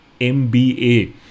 MBA